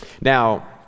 Now